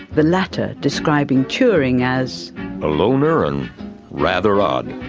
the latter describing turing as a loner and rather odd.